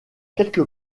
quelque